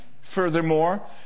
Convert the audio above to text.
furthermore